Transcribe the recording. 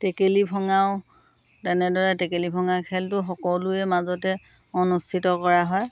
টেকেলী ভঙাও তেনেদৰে টেকেলী ভঙা খেলটো সকলোৰে মাজতে অনুষ্ঠিত কৰা হয়